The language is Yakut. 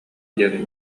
диэн